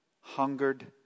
hungered